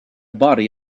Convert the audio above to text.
body